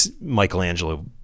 Michelangelo